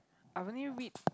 I've only read